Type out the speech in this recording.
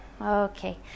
okay